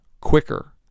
quicker